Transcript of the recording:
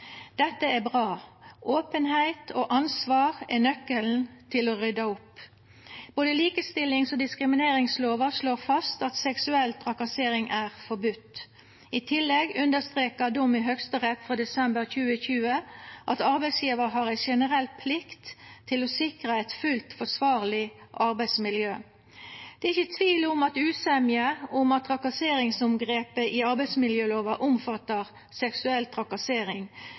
Dette er bra. Openheit og ansvar er nøkkelen til å rydda opp. Både likestillings- og diskrimineringslova slår fast at seksuell trakassering er forbode. I tillegg understreka ein dom i Høgsterett frå desember 2020 at arbeidsgjevar har ei generell plikt til å sikra eit fullt forsvarleg arbeidsmiljø. Det er ikkje tvil eller usemje om at trakasseringsomgrepet i arbeidsmiljølova omfattar seksuell trakassering